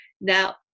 Now